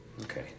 Okay